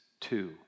two